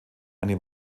eine